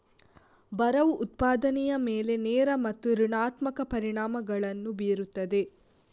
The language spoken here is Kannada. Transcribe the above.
ಬರವು ಉತ್ಪಾದನೆಯ ಮೇಲೆ ನೇರ ಮತ್ತು ಋಣಾತ್ಮಕ ಪರಿಣಾಮಗಳನ್ನು ಬೀರುತ್ತದೆ